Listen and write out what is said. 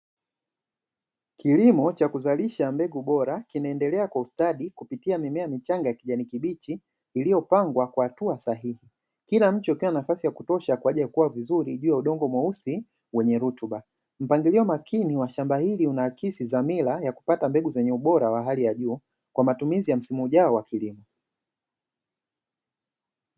Kilimo cha kuzalisha mbegu bora kinaendelea kwa ustadi kupitia miche mishanga ya kijani kibichi iliyopangwa kwa hatua sahihi. Kila mche ukiwa na nafasi ya kutosha kwa ajili ya kukua vizuri juu ya udongo mweusi wenye rutuba. Mpangilio makini wa shamba hili unaakisi dhamira ya kupata mbegu zenye ubora wa hali ya juu kwa matumizi ya msimu ujao wa kilimo.